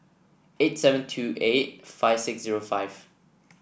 eight seven two eight five six zero five